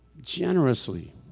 generously